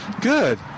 Good